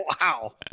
Wow